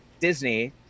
Disney